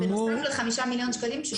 בנוסף ל-5 מיליון שקלים.